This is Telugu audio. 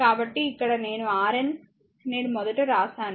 కాబట్టి ఇక్కడ Rn నేను మొదట వ్రాశాను